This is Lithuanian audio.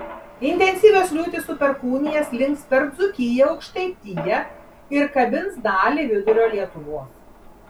intensyvios liūtys su perkūnija slinks per dzūkiją aukštaitiją ir kabins dalį vidurio lietuvos